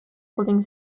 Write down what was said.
holding